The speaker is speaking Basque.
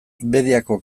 bediako